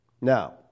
Now